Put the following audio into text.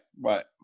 right